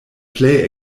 plej